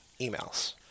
Emails